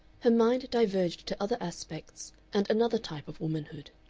her mind diverged to other aspects, and another type of womanhood.